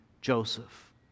Joseph